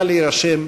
נא להירשם.